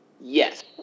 Yes